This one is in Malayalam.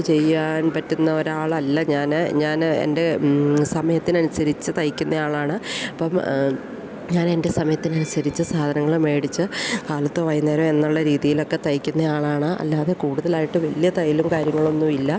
ചെയ്യാൻ പറ്റുന്ന ഒരാൾ അല്ല ഞാൻ ഞാൻ എൻ്റെ സമയത്തിന് അനുസരിച്ച് തയ്ക്കുന്ന ആളാണ് അപ്പം ഞാൻ എന്റെ സമയത്തിന് അനുസരിച്ചു സാധനങ്ങൾ മേടിച്ച് കാലത്തോ വൈകുന്നേരമോ എന്നുള്ള രീതിയിൽ ഒക്കെ തയ്ക്കുന്ന ആളാണ് അല്ലാതെ കൂടുതലായിട്ട് വലിയ തയ്യലും കാര്യങ്ങളും ഒന്നുമില്ല